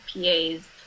PAs